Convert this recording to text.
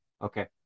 Okay